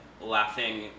laughing